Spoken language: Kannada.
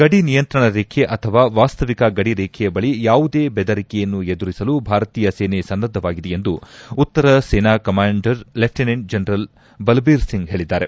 ಗಡಿನಿಯಂತ್ರಣ ರೇಖೆ ಅಥವಾ ವಾಸ್ತವಿಕ ಗಡಿ ರೇಖೆಯ ಬಳಿ ಯಾವುದೇ ಬೆದರಿಕೆಯನ್ನು ಎದುರಿಸಲು ಭಾರತೀಯ ಸೇನೆ ಸನ್ನದ್ದವಾಗಿದೆ ಎಂದು ಉತ್ತರ ಸೇನಾ commander lieutenant general Balbir Singh ಹೇಳಿದ್ದಾರೆ